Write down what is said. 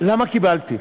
למה קיבלתי.